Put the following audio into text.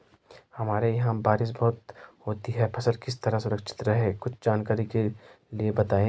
हमारे यहाँ बारिश बहुत होती है फसल किस तरह सुरक्षित रहे कुछ जानकारी के लिए बताएँ?